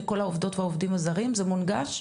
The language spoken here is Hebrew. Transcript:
לכל העובדות והעובדים הזרים, זה מונגש?